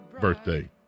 birthday